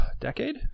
Decade